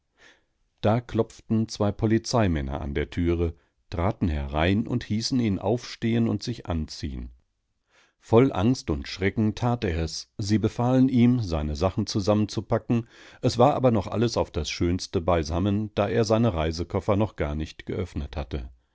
da klopften zwei polizeimänner an die türe traten herein und hießen ihn aufstehen und sich anziehen voll angst und schrecken tat er es sie befahlen ihm seine sachen zusammenzupacken es war aber alles noch auf das schönste beisammen da er seine reisekoffer noch gar nicht geöffnet hatte